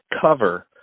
cover